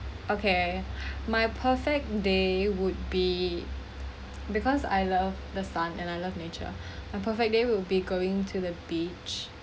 okay my perfect day would be because I love the sun and I love nature my perfect day will be going to the beach